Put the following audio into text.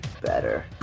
better